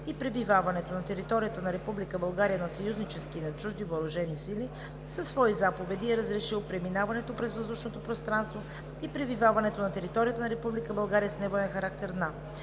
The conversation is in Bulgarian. и пребиваването на територията на Република България на съюзнически и на чужди въоръжени сили със свои заповеди е разрешил преминаването през въздушното пространство и пребиваването на територията на Република България с невоенен характер на: